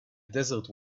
desert